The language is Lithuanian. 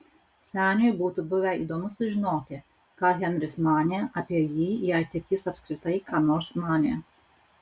seniui būtų buvę įdomu sužinoti ką henris manė apie jį jei tik jis apskritai ką nors manė